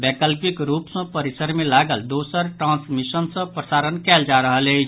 वैकल्पिक रूप सँ परिसर मे लागल दोसर ट्रांसमीटर सँ प्रसारण कयल जा रहल अछि